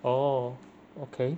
oh okay